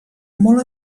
molt